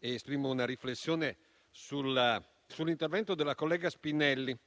ed esprimo una riflessione sull'intervento della collega Spinelli,